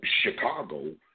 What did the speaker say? Chicago